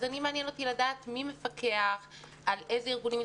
אז מעניין אותי לדעת מי מפקח על איזה ארגונים נכנסים,